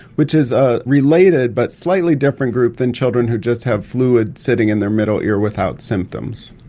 which is a related but slightly different group than children who just have fluid sitting in their middle ear without symptoms.